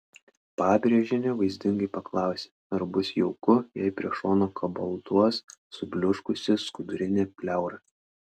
pabrėžienė vaizdingai paklausė ar bus jauku jei prie šono kabalduos subliuškusi skudurinė pleura